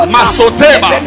Masoteba